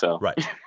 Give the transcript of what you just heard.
Right